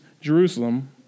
Jerusalem